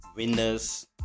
Winners